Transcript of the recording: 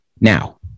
Now